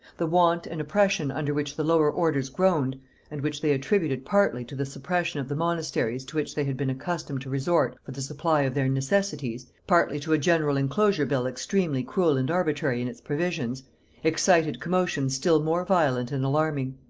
the want and oppression under which the lower orders groaned and which they attributed partly to the suppression of the monasteries to which they had been accustomed to resort for the supply of their necessities, partly to a general inclosure bill extremely cruel and arbitrary in its provisions excited commotions still more violent and alarming.